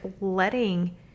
letting